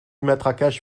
matraquage